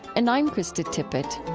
and i'm krista tippett